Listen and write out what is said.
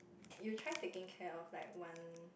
you try taking care of like one